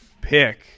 pick